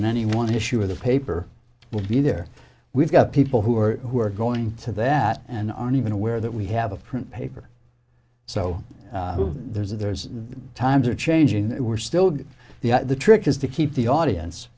in any one issue or the paper will be there we've got people who are who are going to that and aren't even aware that we have a print paper so there's the times are changing we're still good the the trick is to keep the audience